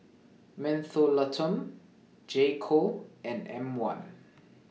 Mentholatum J Co and M one